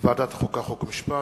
ועדת החוקה, חוק ומשפט.